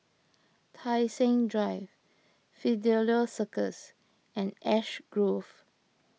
Tai Seng Drive Fidelio Circus and Ash Grove